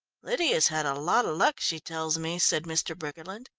lydia's had a lot of luck she tells me, said mr. briggerland.